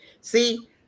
See